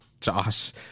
Josh